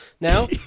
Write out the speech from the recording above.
now